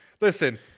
Listen